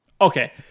Okay